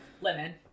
lemon